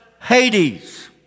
Hades